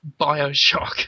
Bioshock